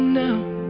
now